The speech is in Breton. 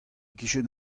kichen